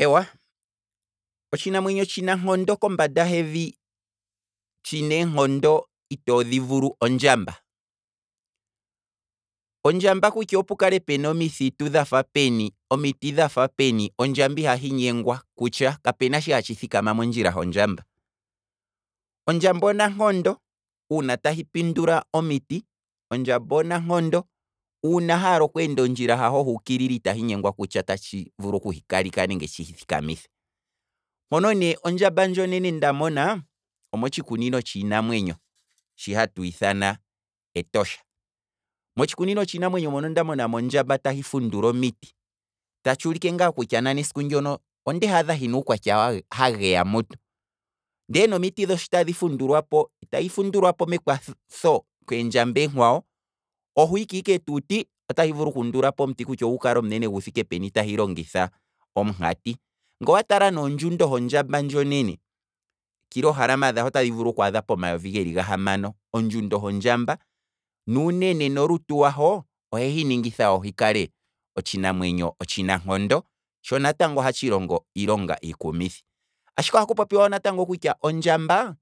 Eewa, otshinamwenyo otshinankondo komanda hevi, tshina eenkondo ito dhi vulu, ondjamba, ondjamba kutya opukale pena omithitu dhafa peni, omiti dhafa peni, ondjamba ihahi nyengwa kutya, kapuna shi hatshi thikama mondjila hondjamba, ondjamba onankondo uuna tahi pindula omiti, ondjamba onankondo uuna haala okweenda ondjila haho huukilila itahi nyengwa kutya tatshi vulu kuhi kaleka nenge hihi thikamithe, mpono nee ondjamba onene nda mona, omo tshikunino tshiinamwenyo, shi hatu ithana etosha, motshikunino tshiinamwenyo mono onda monamo ondjamba onene tahi pundula omiti, ta tshuulike kutya esiku ndono onde haadha ha geya mutu, ndee nomiti dhono shi tadhi fundulwapo, itadhi fundulwa mekwatho lyeendjamba eenkwawo, oho ike tuu ti, otahi vulu kuundulapo omuti kutya gu kale guthiike peni tahi longitha omunkati, nge owatala nee ondjundo hondjamba ndo nene, ekilohalama dhaho otadhi vulu kwaadha omayovi gahamano, ondjundo hondjamba nuunene waho nolutu lwaho, olwelu ningitha lukale otshinamwenyo otshinankondo, tsho natango ohatshi longo iilonga iikumithi, ashike ohaku popiwa kutya ondjamba,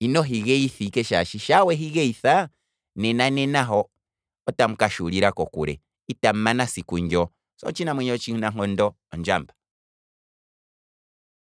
inohi geyitha ike, shaashi sha wehi geyitha, nena ne naho otamu kashuulila kokule, itamu mumana esiku ndoo, so otshinamwenyo otshinankondo, ondjamba.